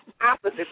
opposite